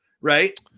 right